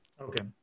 Okay